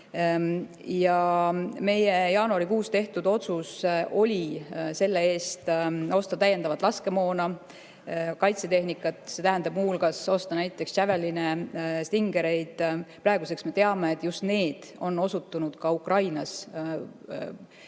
Ja meie jaanuarikuus tehtud otsus oli selle eest osta täiendavat laskemoona, kaitsetehnikat, see tähendab muu hulgas osta näiteks Javeline ja Stingereid. Praeguseks me teame, et just need on osutunud ka Ukrainas peetavas